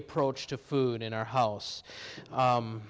approach to food in our house